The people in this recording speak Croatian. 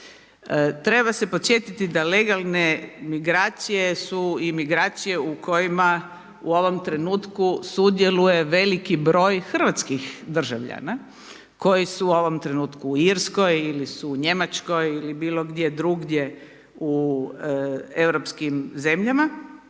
Treba se podsjetiti da legalne migracije su i migracije u kojima u ovom trenutku sudjeluje veliki broj hrvatskih državljana koji su u ovom trenutku u Irskoj ili su u Njemačkoj ili bilo gdje drugdje u europskim zemljama,